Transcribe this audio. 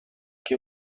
que